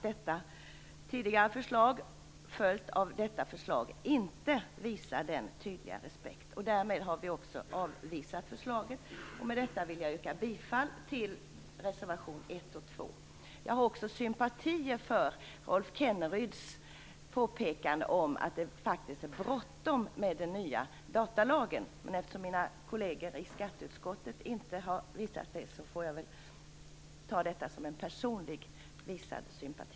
Det tidigare förslaget följt av detta visar inte denna tydliga respekt. Därmed har vi avvisat förslaget. Med detta yrkar jag bifall till reservationerna 1 Jag har sympatier för Rolf Kenneryds påpekande att det faktiskt är bråttom med den nya datalagen. Men eftersom mina kolleger i skatteutskottet inte har visat det får jag beteckna detta som en personligt visad sympati.